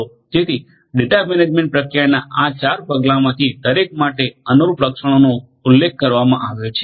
જેથી data management પ્રક્રિયાના આ 4 પગલાંમાંથી દરેક માટે અનુરૂપ લક્ષણોનો ઉલ્લેખ કરવામાં આવ્યો છે